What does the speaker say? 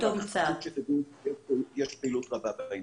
חשוב שתדעו שיש פעילות רבה בעניין.